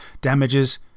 damages